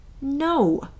No